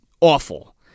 awful